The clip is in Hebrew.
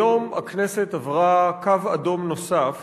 היום הכנסת עברה קו אדום נוסף